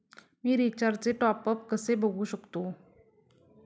मी रिचार्जचे टॉपअप कसे बघू शकतो?